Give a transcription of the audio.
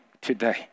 today